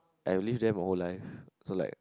I lived there my whole life so like